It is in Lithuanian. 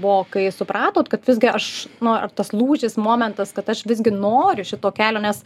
buvo kai supratot kad visgi aš nu ar tas lūžis momentas kad aš visgi noriu šito kelio nes